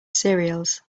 cereals